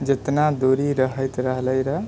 जितना दूरी रहैत रहले रहै